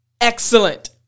excellent